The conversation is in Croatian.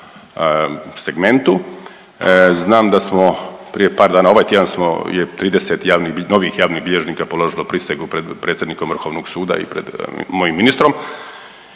segmentu. Znam da smo prije par dana, ovaj tjedan smo je 30 javnih, novih javnih bilježnika položilo prisegu pred predsjednikom Vrhovnog suda i pred mojim ministrom.